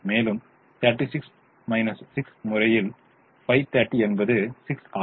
மேலும் 36 6 முறையில் 530 என்பது 6 ஆகும்